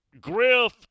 Griff